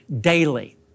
daily